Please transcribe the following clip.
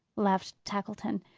laughed tackleton.